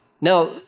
Now